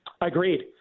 Agreed